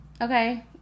Okay